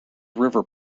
river